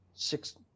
Six